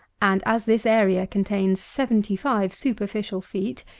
and as this area contains seventy-five superficial feet,